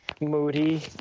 moody